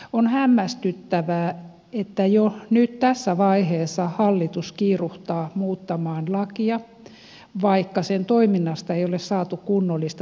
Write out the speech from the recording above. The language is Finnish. on hämmästyttävää että jo nyt tässä vaiheessa hallitus kiiruhtaa muuttamaan lakia vaikka sen toiminnasta ei ole saatu kunnollista seurantatietoa